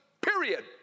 period